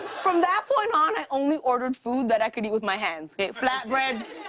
from that point on, i only ordered food that i could eat with my hands, okay flatbreads,